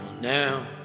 now